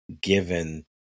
given